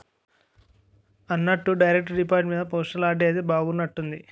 అన్నట్టు direct deposit మీద postal RD అయితే బాగున్నట్టుంది